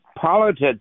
politics